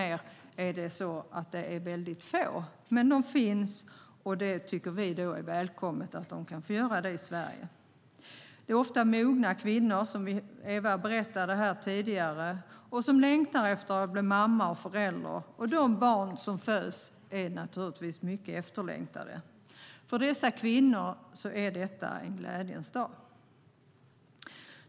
De är få, men de finns - och det är välkommet att de kan genomgå detta i Sverige. Det är ofta fråga om mogna kvinnor, som Eva Olofsson berättade om tidigare, som längtar efter att bli mamma och förälder. De barn som föds är naturligtvis mycket efterlängtade. För dessa kvinnor är detta en glädjens dag.